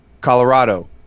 Colorado